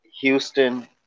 Houston